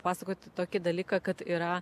pasakoti tokį dalyką kad yra